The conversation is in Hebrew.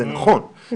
זה נכון,